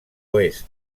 oest